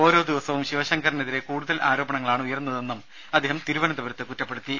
ഓരോ ദിവസവും ശിവശങ്കറിനെതിരെ കൂടുതൽ ആരോപണങ്ങളാണ് ഉയരുന്നതെന്നും അദ്ദേഹം തിരുവനന്തപുരത്ത് പറഞ്ഞു